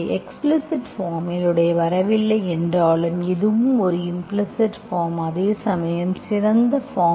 எஸ்பிலீஸிட் form இல் வரவில்லை என்றாலும் இதுவும் ஒரு இம்ப்ளிஸிட் பார்ம் அதேசமயம் சிறந்த பார்ம்